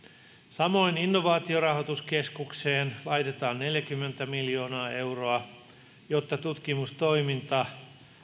samoin innovaatiorahoituskeskukseen laitetaan neljäkymmentä miljoonaa euroa jotta tutkimustoimintaa